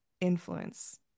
influence